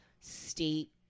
state